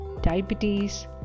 diabetes